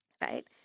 right